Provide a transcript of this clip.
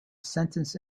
sentence